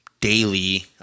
daily